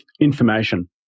information